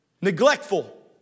Neglectful